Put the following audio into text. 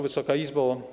Wysoka Izbo!